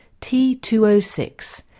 T206